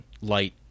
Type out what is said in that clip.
light